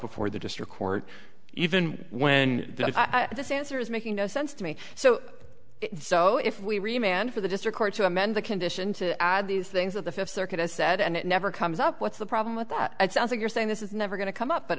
before the district court even when i this answer is making no sense to me so so if we re man for the district court to amend the condition to add these things that the fifth circuit has said and it never comes up what's the problem with that it sounds like you're saying this is never going to come up but